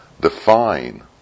define